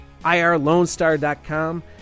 IRLoneStar.com